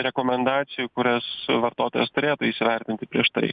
rekomendacijų kurias vartotojas turėtų įsivertinti prieš tai